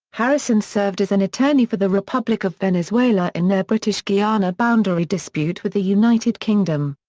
harrison served as an attorney for the republic of venezuela in their british guiana boundary dispute with the united kingdom.